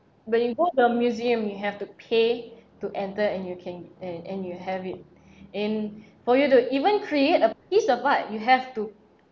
but you go to a museum you have to pay to enter and you can and and you have it in for you to even create a piece of art you have to